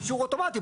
לאישור אוטומטי,